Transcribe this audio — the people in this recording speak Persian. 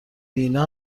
دینا